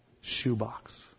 shoebox